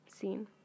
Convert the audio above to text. seen